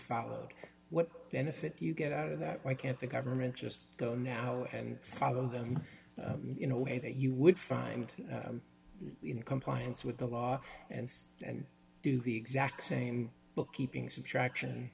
followed what benefit you get out of that why can't the government just go in now and follow them in a way that you would find in compliance with the law and and do the exact same bookkeeping subtraction